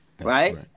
right